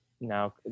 now